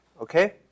okay